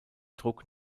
druck